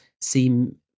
seem